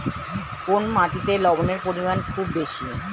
কোন মাটিতে লবণের পরিমাণ খুব বেশি?